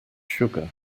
sugar